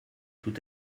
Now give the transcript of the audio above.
tut